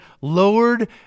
lowered